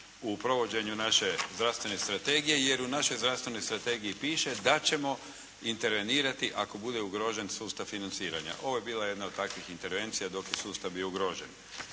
u provođenju naše zdravstvene strategije, jer u našoj zdravstvenoj strategiji piše da ćemo intervenirati ako bude ugrožen sustav financiranja. Ovo je bila jedna od takvih intervencija dok je sustav bio ugrožen.